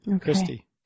Christy